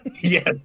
Yes